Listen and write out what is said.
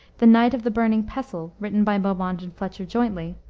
the knight of the burning pestle, written by beaumont and fletcher jointly,